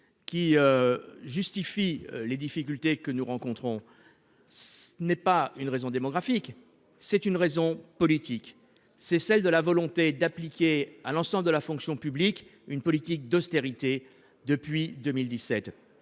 Qui. Justifient les difficultés que nous rencontrons. Ce n'est pas une raison démographique c'est une raison politique c'est celle de la volonté d'appliquer à l'ensemble de la fonction publique. Une politique d'austérité depuis 2017.